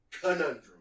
conundrum